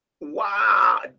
wow